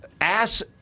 ass